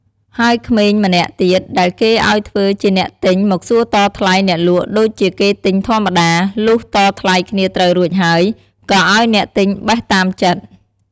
ហើយក្មេងម្នាក់ ទៀត ដែលគេឲ្យធ្វើជាអ្នកទិញមកសួរតថ្លៃអ្នកលក់ដូចជាគេទិញធម្មតា លុះតថ្លៃគ្នាត្រូវរួចហើយ ក៏ឲ្យអ្នកទិញបេះ តាមចិត្ត ។